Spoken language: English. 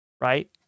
right